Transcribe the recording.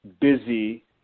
busy